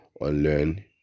unlearn